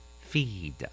Feed